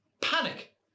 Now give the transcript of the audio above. panic